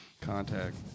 Contact